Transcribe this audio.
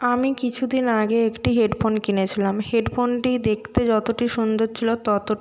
আমি কিছু দিন আগে একটি হেডফোন কিনেছিলাম হেডফোনটি দেখতে যতটি সুন্দর ছিলো ততটি